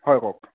হয় কওক